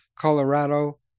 Colorado